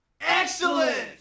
Excellent